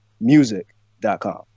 music.com